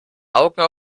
augen